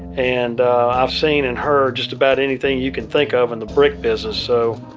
and i've seen and heard just about anything you can think of in the brick business, so.